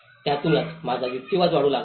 त्यातूनच माझा युक्तिवाद वाढू लागला